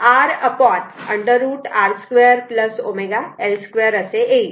म्हणून cos θ R √ R 2 ω L 2 असे येईल